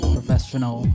Professional